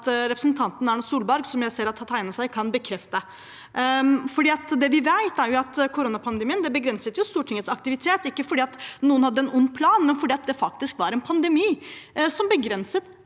representanten Erna Solberg, som jeg ser har tegnet seg, kan bekrefte. Det vi vet, er at koronapandemien begrenset Stortingets aktivitet, ikke fordi noen hadde en ond plan, men fordi det faktisk var en pandemi, noe som begrenset